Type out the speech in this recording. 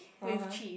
uh-huh